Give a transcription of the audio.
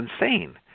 insane